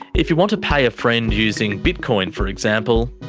if you want to pay a friend using bitcoin, for example,